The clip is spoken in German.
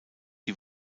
die